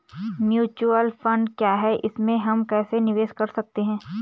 Mutual fund क्या है इसमें हम कैसे निवेश कर सकते हैं?